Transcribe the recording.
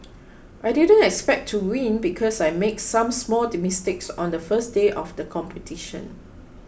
I didn't expect to win because I made some small mistakes on the first day of the competition